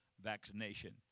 vaccination